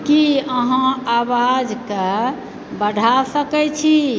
की अहाँ आवाज के बढ़ा सकै छी